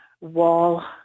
wall